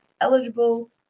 eligible